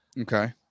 Okay